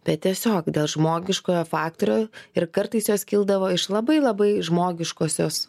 bet tiesiog dėl žmogiškojo faktorio ir kartais jos kildavo iš labai labai žmogiškosios